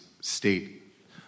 state